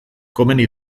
komeni